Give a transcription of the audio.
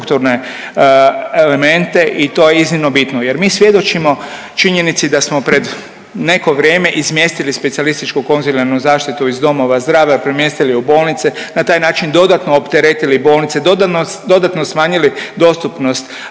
i to je iznimno bitno jer mi svjedočimo činjenici da smo pred neko vrijeme izmjestili specijalistički konzilijarnu zaštitu iz domova zdravlja, premjestili je u bolnice, na taj način dodatno opteretili bolnici, dodatno smanjili dostupnost